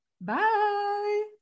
Bye